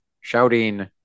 shouting